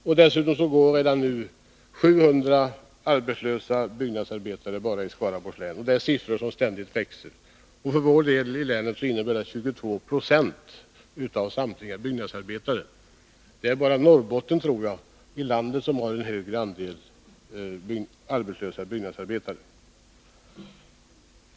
Det bör vidare påpekas att närmare 700 byggnadsarbetare redan nu går arbetslösa bara i Skaraborgs län, vilket innebär 22 9o av samtliga byggnadsarbetare. Och detta är siffror som ständigt växer. Jag tror att det bara är Norrbotten som har en högre andel arbetslösa byggnadsarbetare.